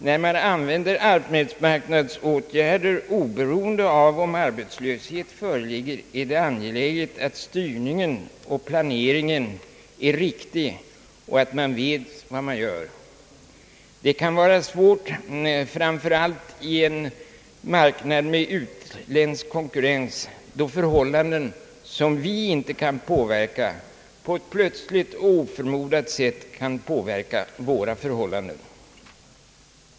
När man vidtar arbetsmarknadsåtgärder oberoende av om arbetslöshet föreligger eller ej är det angeläget att styrningen och planeringen är riktig och att man vet vad man gör. Det kan vara svårt framför allt i en marknad med utländsk konkurrens, då förhållanden som vi inte kan påverka på ett plötsligt och oförmodat sätt kan inverka på våra förhållanden.